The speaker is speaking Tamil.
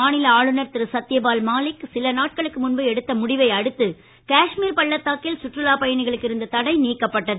மாநில ஆளுநர் திரு சத்தியபால் மாலிக் சில நாட்களுக்கு முன்பு எடுத்து முடிவை அடுத்து காஷ்மீர் பள்ளத்தாக்கில் சுற்றுலா பயணிகளுக்கு இருந்த தடை நீக்கப்பட்டது